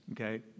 okay